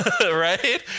right